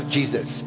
Jesus